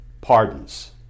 pardons